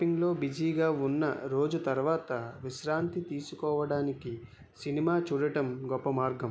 షాపింగ్లో బిజీగా ఉన్న రోజు తర్వాత విశ్రాంతి తీసుకోవడానికి సినిమా చూడటం గొప్ప మార్గం